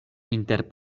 inter